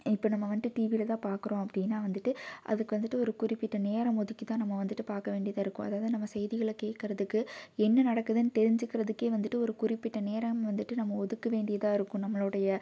இப்போ நம்ம வந்துட்டு டிவியில் தான் பார்க்கறோம் அப்படின்னா வந்துட்டு அதுக்கு வந்துட்டு ஒரு குறிப்பிட்ட நேரம் ஒதுக்கி தான் நம்ம வந்துட்டு பார்க்க வேண்டியதாக இருக்கும் அதாவுது நம்ம செய்திகளை கேட்கறதுக்கு என்ன நடக்குதுன்னு தெரிஞ்சுக்கிறதுக்கே வந்துட்டு ஒரு குறிப்பிட்ட நேரம் வந்துட்டு நம்ம ஒதுக்க வேண்டியதாக இருக்கும் நம்மளோடைய